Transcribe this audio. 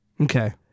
Okay